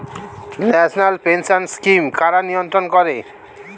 National pension scheme কারা নিয়ন্ত্রণ করে?